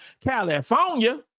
California